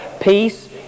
peace